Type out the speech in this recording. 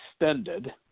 extended